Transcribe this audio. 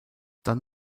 dann